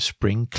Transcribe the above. Spring